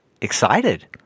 excited